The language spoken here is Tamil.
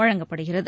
வழங்கப்படுகிறது